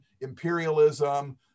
imperialism